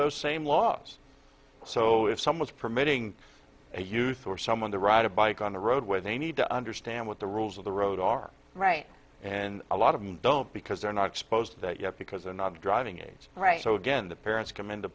those same laws so if someone is permitting a youth or someone to ride a bike on the roadway they need to understand what the rules of the road are right and a lot of them don't because they're not exposed to that yet because they're not driving age right so again the parents come into